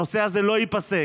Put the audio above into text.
הנושא הזה לא ייפסק.